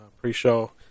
pre-show